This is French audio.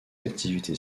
activité